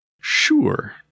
Sure